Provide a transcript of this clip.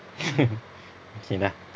okay dah